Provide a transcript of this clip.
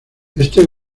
este